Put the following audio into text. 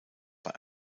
bei